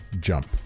jump